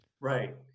Right